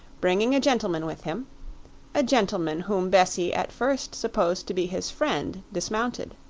bringing a gentleman with him a gentleman whom bessie at first supposed to be his friend dismounted.